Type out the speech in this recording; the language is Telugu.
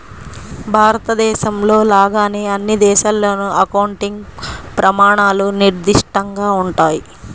భారతదేశంలో లాగానే అన్ని దేశాల్లోనూ అకౌంటింగ్ ప్రమాణాలు నిర్దిష్టంగా ఉంటాయి